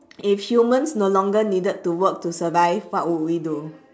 if humans no longer needed to work to survive what would we do